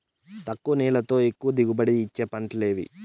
తక్కువ నీళ్లతో ఎక్కువగా దిగుబడి ఇచ్చే పంటలు ఏవి?